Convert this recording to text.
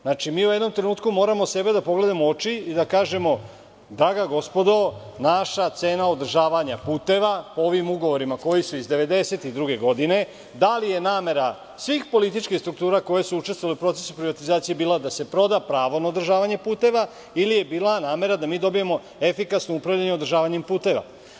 Znači, mi u jednom trenutku moramo sebe da pogledamo u oči i da kažemo – draga gospodo, naša cena održavanja puteva po ovim ugovorima koji su iz 1992. godine, da li je namera svih političkih struktura koje su učestvovale u procesu privatizacije bile da se proda pravo na održavanje puteva i nije bila namera da mi dobijemo efikasno upravljanje održavanjem puteva.